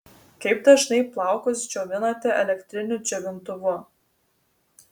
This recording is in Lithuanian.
kaip dažnai plaukus džiovinate elektriniu džiovintuvu